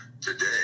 today